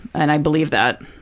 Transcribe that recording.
and i believe that.